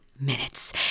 minutes